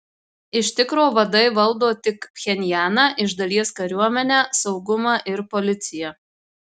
iš tikro vadai valdo tik pchenjaną iš dalies kariuomenę saugumą ir policiją